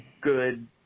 good